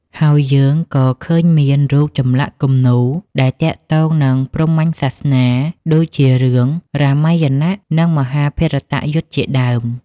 ហើយយើងក៏ឃើញមានរូប ចម្លាក់ គំនូរដែលទាក់ទងនឹងព្រហ្មញ្ញសាសនា ដូចជារឿងរាមាយណៈ និង មហាភារតយុទ្ធ ជាដើម។